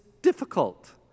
difficult